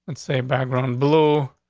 and say background blue,